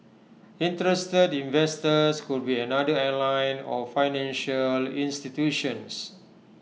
interested investors could be another airline or financial institutions